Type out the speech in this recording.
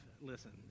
listen